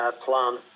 plan